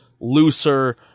looser